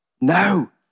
No